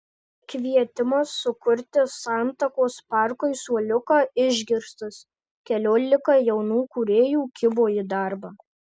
kvietimas sukurti santakos parkui suoliuką išgirstas keliolika jaunų kūrėjų kibo į darbą